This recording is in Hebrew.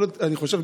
אני חושב,